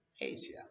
Asia